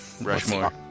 Rushmore